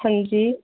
हां जी